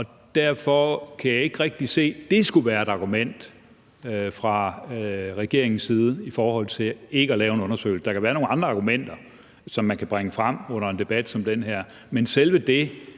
Derfor kan jeg ikke rigtig se, at det skulle være et argument fra regeringens side i forhold til ikke at lave en undersøgelse. Der kan være nogle andre argumenter, som man kan bringe frem under en debat som den her, men selve det,